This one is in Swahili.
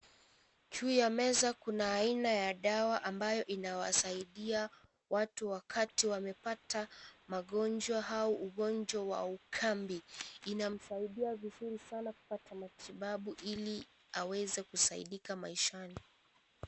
Juu ya meza kuna aina ya dawa ambayo inawasaidia watu wakati wamepata magonjwa au ugonjwa wa ukambi, inamsaidia vizuri sana kupata matibabu ili aweze kusaidika maishani.